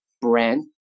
brand